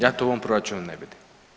Ja to u ovom proračunu ne vidim.